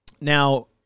Now